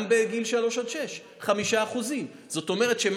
גם בגיל של שלוש עד שש, 5%. מה קורה?